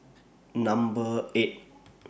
Number eight